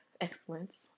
Excellence